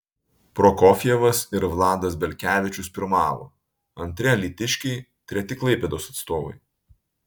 prokofjevas ir vladas belkevičius pirmavo antri alytiškiai treti klaipėdos atstovai